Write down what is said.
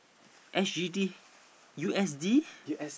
S_G_D U_S_D